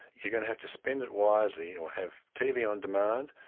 you're going to have to spend it wisely or have tv on demand,